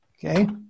Okay